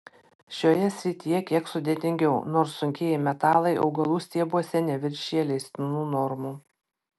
šioje srityje kiek sudėtingiau nors sunkieji metalai augalų stiebuose neviršija leistinų normų